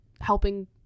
helping